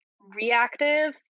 reactive